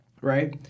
right